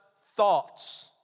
Thoughts